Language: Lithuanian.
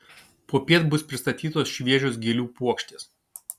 popiet bus pristatytos šviežios gėlių puokštės